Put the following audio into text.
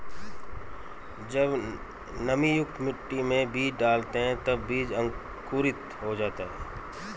जब नमीयुक्त मिट्टी में बीज डालते हैं तब बीज अंकुरित हो जाता है